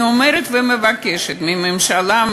אני אומרת ומבקשת מהממשלה,